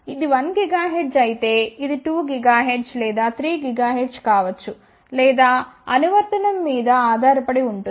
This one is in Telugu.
ఇది 1 GHz అయితే ఇది 2 GHz లేదా 3 GHz కావచ్చు లేదా అనువర్తనం మీద ఆధారపడి ఉంటుంది